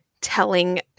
telling